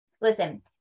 listen